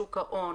שוק ההון,